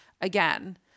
again